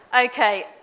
Okay